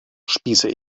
spieße